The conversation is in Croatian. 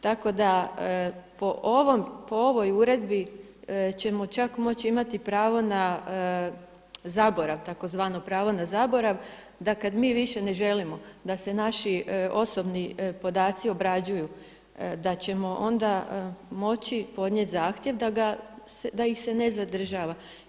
Tako da po ovoj uredbi ćemo čak moći imati pravo na zaborav, tzv. pravo na zaborav da kada mi više ne želimo da se naši osobni podaci obrađuju da ćemo onda moći podnijeti zahtjev da ih se ne zadržava.